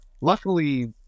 luckily